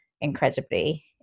incredibly